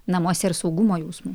namuose ir saugumo jausmu